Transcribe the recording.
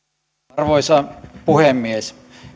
arvoisa puhemies